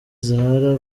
zahara